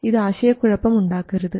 ഇത് ആശയക്കുഴപ്പം ഉണ്ടാക്കരുത്